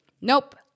Nope